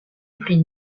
prix